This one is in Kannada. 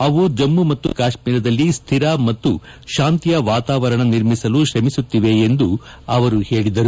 ಅವು ಜಮ್ನು ಮತ್ತು ಕಾಶ್ೀರದಲ್ಲಿ ಸ್ಟಿರ ಮತ್ತು ಶಾಂತಿಯ ವಾತಾವರಣ ನಿರ್ಮಿಸಲು ಶ್ರಮಿಸುತ್ತಿವೆ ಎಂದು ಅವರು ಹೇಳಿದರು